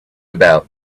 about